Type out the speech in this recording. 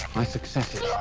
my successes.